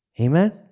Amen